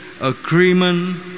agreement